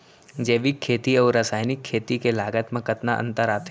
जैविक खेती अऊ रसायनिक खेती के लागत मा कतना अंतर आथे?